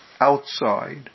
outside